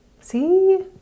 See